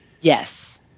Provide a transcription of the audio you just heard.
Yes